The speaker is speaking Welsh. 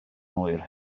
oer